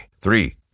Three